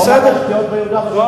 הוא אמר: תשתיות ביהודה ושומרון.